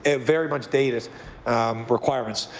ah very much dated requirements.